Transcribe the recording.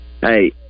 Hey